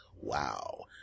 Wow